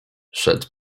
szedł